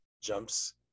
jumps